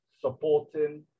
supporting